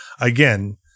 again